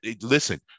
listen